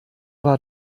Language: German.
war